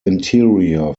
interior